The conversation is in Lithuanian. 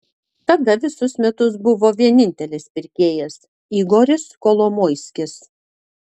tada visus metus buvo vienintelis pirkėjas igoris kolomoiskis